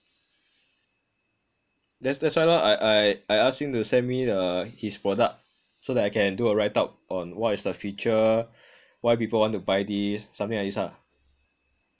that's that's why lor I I ask him to send my his product so that I can do a write-up on what is the feature why people want to buy this something like this ah